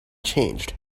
changed